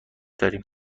داریم